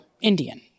Indian